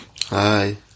Hi